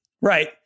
Right